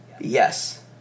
Yes